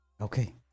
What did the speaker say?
okay